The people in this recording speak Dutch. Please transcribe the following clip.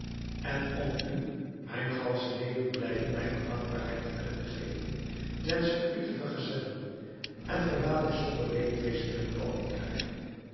en om u mijn gansche leven blijken mijner dankbaarheid te kunnen geven wensch ik u te vergezellen en verlaat ik zonder leedwezen mijn koningrijk